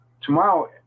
tomorrow